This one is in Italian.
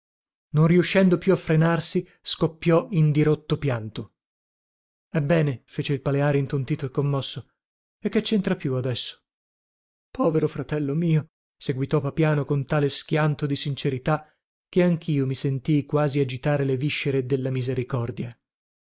non riuscendo più a frenarsi scoppiò in dirotto pianto ebbene fece il paleari intontito e commosso e che centra più adesso povero fratello mio seguitò papiano con tale schianto di sincerità che anchio mi sentii quasi agitare le viscere della misericordia